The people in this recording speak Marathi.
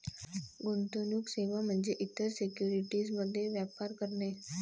गुंतवणूक सेवा म्हणजे इतर सिक्युरिटीज मध्ये व्यापार करणे